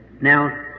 Now